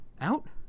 out